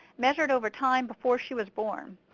measured over time before she was born.